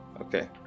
Okay